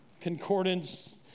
concordance